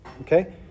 okay